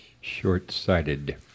Short-sighted